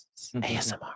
ASMR